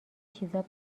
چیزا